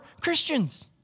Christians